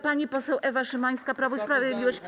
Pani poseł Ewa Szymańska, Prawo i Sprawiedliwość.